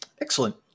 excellent